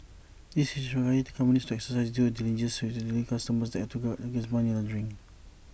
this is to require companies to exercise due diligence when dealing with customers and to guard against money laundering